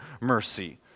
mercy